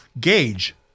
gauge